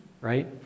right